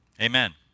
Amen